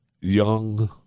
young